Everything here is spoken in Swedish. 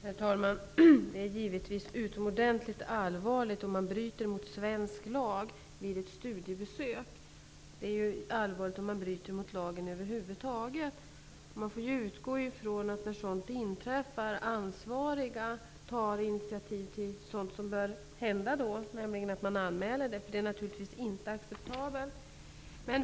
Herr talman! Det är givetvis utomordentligt allvarligt om man bryter mot svensk lag vid ett studiebesök. Det är allvarligt om man bryter mot lagen över huvud taget. Man får utgå ifrån att ansvariga när sådant inträffar tar initiativ till sådant som bör hända, nämligen att det anmäls. Det är naturligtivs inte acceptabelt.